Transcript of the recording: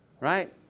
Right